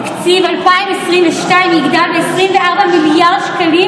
תקציב 2022 יגדל ב-24 מיליארד שקלים